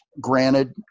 granted